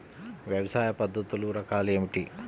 వ్యవసాయ పద్ధతులు రకాలు ఏమిటి?